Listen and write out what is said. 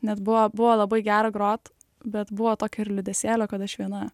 net buvo buvo labai gera grot bet buvo tokio ir liūdesėlio kad aš viena